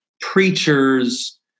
preachers